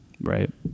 Right